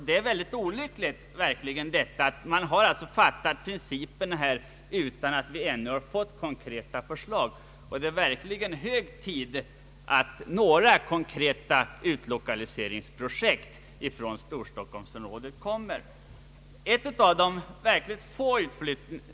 Det är olyckligt att riksdagen bara har fastlagt principer utan att vi ännu har fått konkreta projekt om utlokalisering från Storstockholmsområdet.